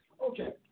okay